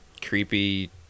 creepy